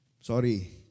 Sorry